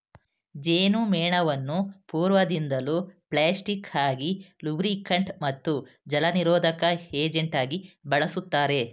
ಜೇನುಮೇಣವನ್ನು ಪೂರ್ವದಿಂದಲೂ ಪ್ಲಾಸ್ಟಿಕ್ ಆಗಿ ಲೂಬ್ರಿಕಂಟ್ ಮತ್ತು ಜಲನಿರೋಧಕ ಏಜೆಂಟಾಗಿ ಬಳುಸ್ತಾರೆ